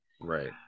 right